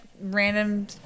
random